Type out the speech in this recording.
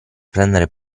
prendere